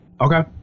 Okay